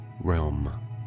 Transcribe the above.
realm